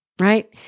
right